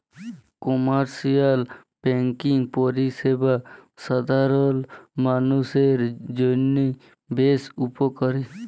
commercial banking পরিষেবা সাধারল মালুষের জন্হে বেশ উপকারী